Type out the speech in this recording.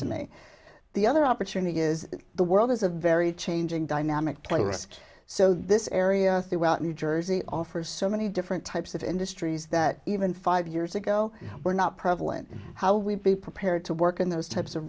to me the other opportunity is the world is a very changing dynamic play risk so this area throughout new jersey offers so many different types of industries that even five years ago were not prevalent how we'd be prepared to work in those types of